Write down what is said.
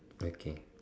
okay